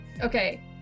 Okay